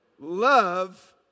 Love